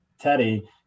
Teddy